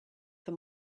for